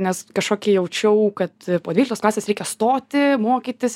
nes kažkokį jaučiau kad po dvyliktos klasės reikia stoti mokytis